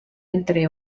entre